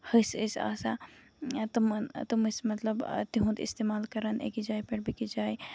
ۂسۍ ٲسۍ آسان تِمَن تٔمۍ ٲسۍ مطلب تِہُند مطلب اِستعمال کران أکِس جایہِ پٮ۪ٹھ بیٚیہِ کِس جایہِ